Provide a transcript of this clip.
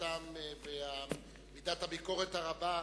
המצומצם ומידת הביקורת הרבה,